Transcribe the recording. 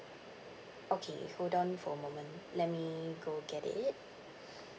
okay hold on for a moment let me go get it